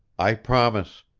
i promise.